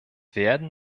werden